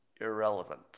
irrelevant